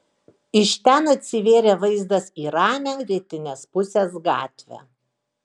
iš ten atsivėrė vaizdas į ramią rytinės pusės gatvę